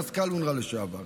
מזכ"ל אונר"א לשעבר.